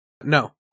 No